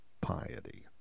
piety